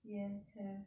yes have